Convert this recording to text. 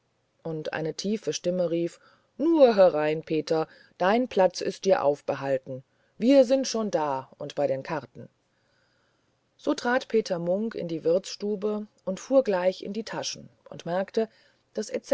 und eine tiefe stimme rief nur herein peter dein platz ist dir aufbehalten wir sind schon da und bei den karten so trat peter munk in die wirtsstube und fuhr gleich in die tasche und merkte daß